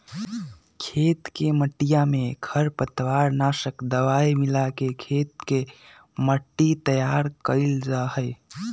खेत के मटिया में खरपतवार नाशक दवाई मिलाके खेत के मट्टी तैयार कइल जाहई